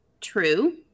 true